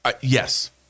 Yes